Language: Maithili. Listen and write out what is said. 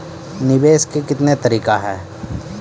निवेश के कितने तरीका हैं?